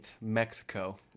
Mexico